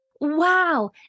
Wow